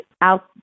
out